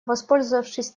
воспользовавшись